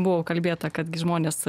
buvo kalbėta kad žmonės